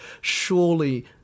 surely